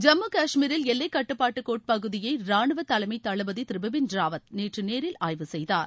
ஜம்மு காஷ்மீரில் எல்லைக்கட்டுப்பாட்டுக் கோட்டுப்பகுதியை ரானுவ தலைமை தளபதி திரு பிபின் ராவத் நேற்று நேரில் ஆய்வு செய்தார்